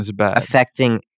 Affecting